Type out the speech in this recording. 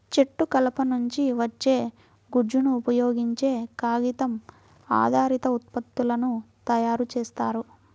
చెట్టు కలప నుంచి వచ్చే గుజ్జును ఉపయోగించే కాగితం ఆధారిత ఉత్పత్తులను తయారు చేస్తారు